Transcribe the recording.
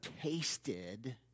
tasted